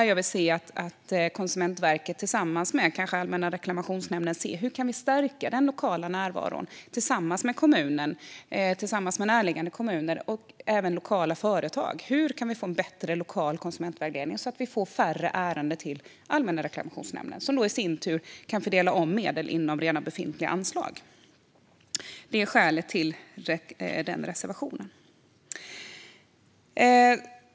Jag vill att Konsumentverket, kanske tillsammans med Allmänna reklamationsnämnden, ser på frågan hur vi kan stärka den lokala närvaron tillsammans med kommunen, närliggande kommuner och lokala företag och hur vi kan få en bättre lokal konsumentvägledning, så att vi får färre ärenden till Allmänna reklamationsnämnden, som i sin tur kan fördela om medel inom redan befintliga anslag. Detta är skälet till reservationen.